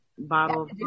Bottle